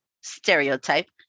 stereotype